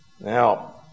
now